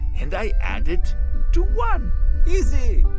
and i add it to one easy.